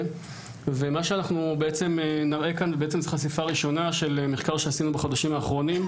ומה שאנחנו נראה כאן זו חשיפה ראשונה של מחקר שעשינו בחודשים האחרונים.